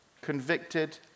convicted